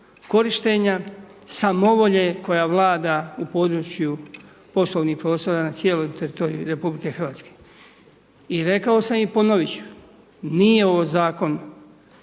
korištenja, samovolje koja vlada u području poslovnih prostoru na cijelom teritoriju RH. I rekao sam i ponovit ću, nije ovo zakon